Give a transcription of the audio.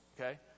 okay